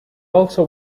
also